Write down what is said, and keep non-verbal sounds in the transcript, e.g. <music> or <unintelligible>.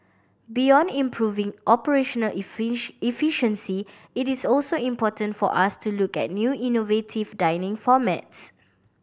beyond improving operational <unintelligible> efficiency it is also important for us to look at new innovative dining formats